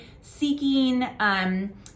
seeking